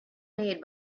made